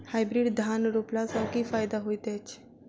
Hybrid धान रोपला सँ की फायदा होइत अछि?